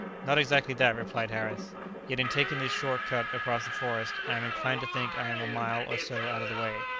not exactly that, replied harris yet in taking this short cut across the forest, i am inclined to think i am a mile or so out of the way.